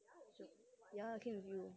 ya I came with you